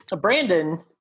Brandon